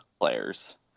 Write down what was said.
players